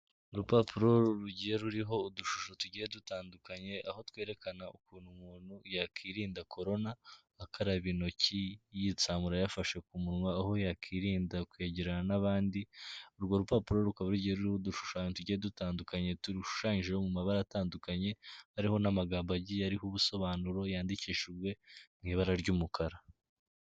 Urupapuro rugiye ruriho udushusho tugiye dutandukanye aho twerekana ukuntu umuntu yakwirinda corona akaba intoki, yitsamura yafashe ku munwa, aho yakwirinda kwegerana n'abandi, urwo rupapuro rukaba rugiye ruriho udushushanyo tugiye dutandukanye turushushanyijeho mu mabara atandukanye hariho n'amagambo agiye ariho ubusobanuro yandikishijwe mu ibara ry'umukara.